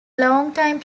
longtime